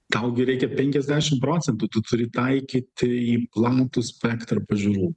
tau gi reikia penkiasdešim procentų tu turi taikyti į platų spektrą pažiūrų